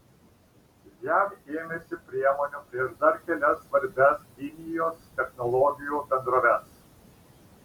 jav ėmėsi priemonių prieš dar kelias svarbias kinijos technologijų bendroves